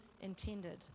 intended